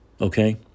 okay